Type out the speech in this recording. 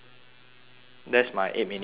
that's my eight minute presentation